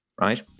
right